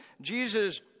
Jesus